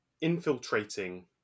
infiltrating